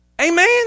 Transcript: Amen